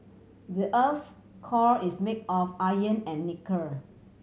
the earth's core is made of iron and nickel